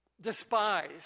despised